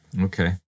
Okay